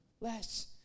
less